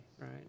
right